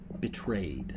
betrayed